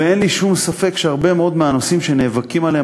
ואין לי שום ספק שהרבה מאוד מהנושאים שנאבקים עליהם